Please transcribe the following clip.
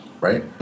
right